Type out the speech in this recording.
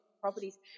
properties